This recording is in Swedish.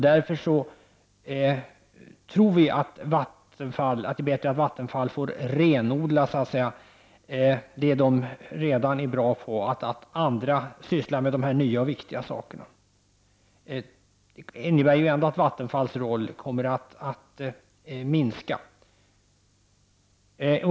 Därför tror vi att det är bättre att Vattenfall får ” å statens vattenfallsrenodla det man där redan är bra på och att andra sysslar med dessa nya och k veri viktiga saker. Det innebär ändå att Vattenfalls roll kommer att minska.